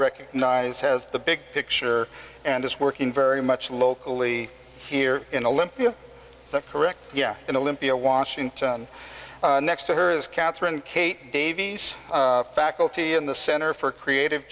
recognize has the big picture and is working very much locally here in olympia correct yeah in olympia washington next to her is catherine kate davies faculty in the center for creative